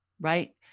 Right